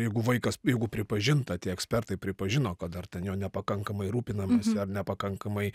jeigu vaikas jeigu pripažinta tie ekspertai pripažino kad ar ten juo nepakankamai rūpinamasi ar nepakankamai